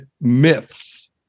myths